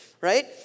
right